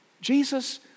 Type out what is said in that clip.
Jesus